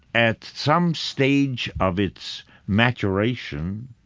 at some stage of its maturation,